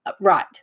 Right